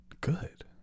Good